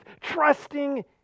trusting